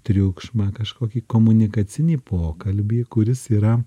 triukšmą kažkok komunikacinį pokalbį kuris yra